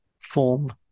form